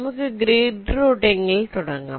നമുക്ക് grid routing ഇൽ തുടങ്ങാം